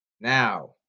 Now